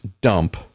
dump